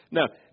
Now